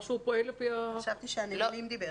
חשבתי שמחברת הנמלים דיברו.